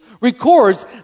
records